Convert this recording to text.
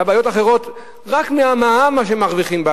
הרי רק מהמע"מ הם מרוויחים,